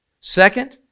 Second